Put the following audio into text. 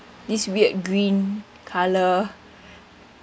this weird green colour